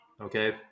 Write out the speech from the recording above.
Okay